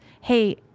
Hey